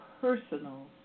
personal